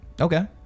okay